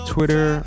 Twitter